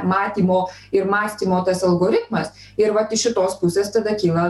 matymo ir mąstymo tas algoritmas ir vat iš šitos pusės tada kyla